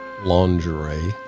lingerie